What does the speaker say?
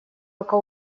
пока